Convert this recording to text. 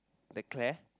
the Claire